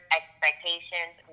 expectations